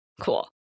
Cool